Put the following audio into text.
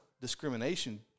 discrimination